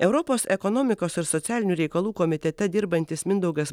europos ekonomikos ir socialinių reikalų komitete dirbantis mindaugas